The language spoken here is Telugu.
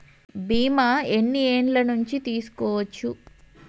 బీమా ఎన్ని ఏండ్ల నుండి తీసుకోవచ్చు?